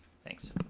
thanks.